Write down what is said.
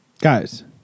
guys